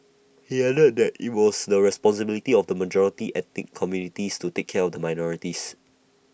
he added that IT was the responsibility of the majority ethnic communities to take care of the minorities